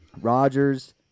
Rodgers